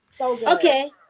okay